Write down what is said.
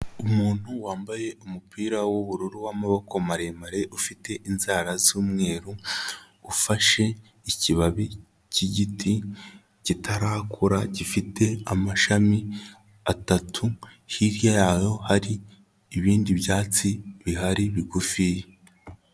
Umuntu wambaye umupira w'ubururu w'amaboko maremare ufite inzara z'umweru, ufashe ikibabi cy'igiti kitarakura gifite amashami atatu, hirya yayo hari ibindi byatsi bihari bigufiya.